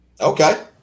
Okay